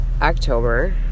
October